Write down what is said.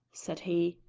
said he.